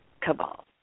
cabal